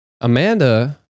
Amanda